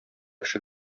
кеше